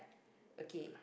okay